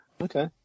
Okay